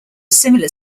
similar